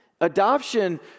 Adoption